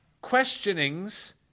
questionings